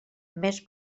més